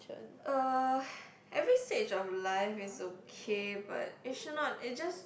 uh every stage of life is okay but it should not it's just